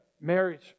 marriage